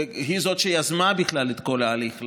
והיא שיזמה בכלל את כל ההליך.